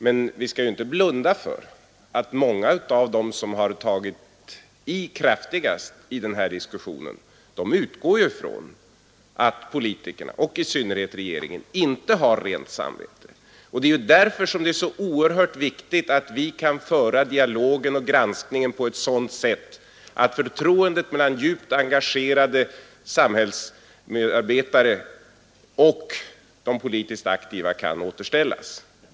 Men vi skall inte blunda för att många av dem som tagit i kraftigast i den här diskussionen utgår från att politikerna och i synnerhet regeringen inte har rent samvete. Det är därför som det är så erhört viktigt att vi kan föra dialogen och göra granskningen på ett sådant sätt att förtroendet mellan djupt engagerade samhällsmedborgare och de politiskt aktiva kan återställas.